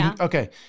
Okay